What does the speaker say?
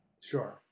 sure